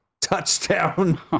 touchdown